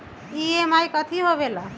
EMI कथी होवेले?